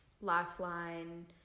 Lifeline